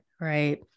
right